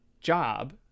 job